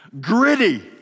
gritty